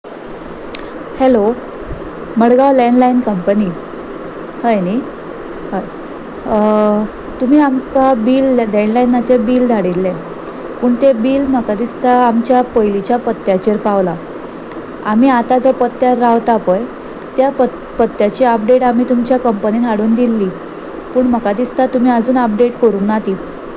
hello Madgaon landline company हय न्ही हय तुमी आमकां बील लँडलायनाचे बील धाडिल्लें पूण तें बील म्हाका दिसता आमच्या पयलींच्या पत्त्याचेर पावलां आमी आतां जो पत्त्यार रावता पय त्या पत्त्याची अपडेट आमी तुमच्या कंपनीन हाडून दिल्ली पूण म्हाका दिसता तुमी आजून अपडेट करूंक ना ती